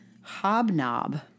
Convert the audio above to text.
Hobnob